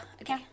Okay